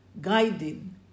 guiding